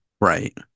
right